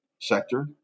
sector